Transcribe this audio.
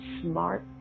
smart